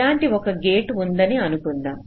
ఇలాంటి ఒక్క గేట్ ఉందని అనుకుందాం